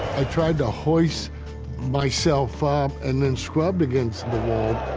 i tried to hoist myself up, and then scrub against the wall.